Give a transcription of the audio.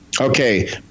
Okay